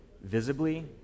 visibly